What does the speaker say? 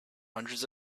hundreds